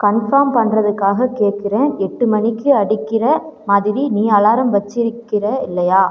confirm பண்றதுக்காக கேட்கிறேன் எட்டு மணிக்கு அடிக்கிற மாதிரி நீ அலாரம் வச்சுருக்கிற இல்லையா